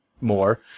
more